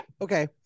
Okay